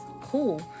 cool